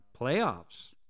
playoffs